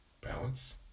Balance